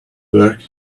work